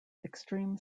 extreme